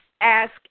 ask